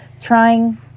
trying